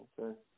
Okay